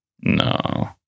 No